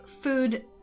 Food